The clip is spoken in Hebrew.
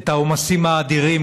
את העומסים האדירים,